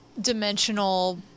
dimensional